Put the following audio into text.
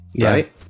right